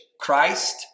Christ